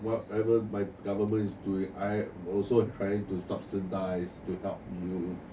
whatever my government is doing I also trying to subsidise to help you